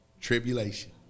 Tribulation